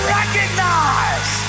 recognize